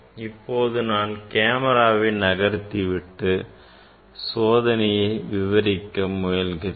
இப்போது நான் கேமராவை நகர்த்திவிட்டு சோதனையை விவரிக்க முயல்கிறேன்